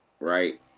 Right